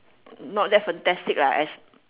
not that fantastic lah as